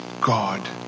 God